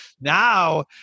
now